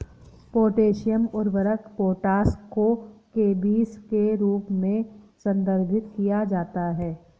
potassium उर्वरक potash को केबीस के रूप में संदर्भित किया जाता है